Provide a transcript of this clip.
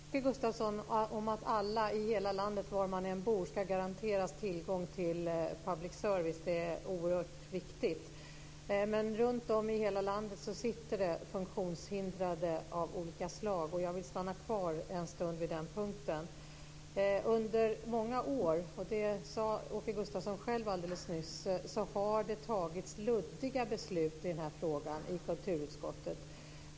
Fru talman! Jag håller med Åke Gustavsson om att alla i hela landet var man än bor ska garanteras tillgång till public service. Det är oerhört viktigt. Runtom i hela landet sitter det funktionshindrade av olika slag. Jag vill stanna kvar en stund vid den punkten. Under många år - det sade Åke Gustavsson själv alldeles nyss - har det fattats luddiga beslut i den här frågan i kulturutskottet.